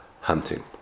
hunting